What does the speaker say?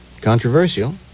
controversial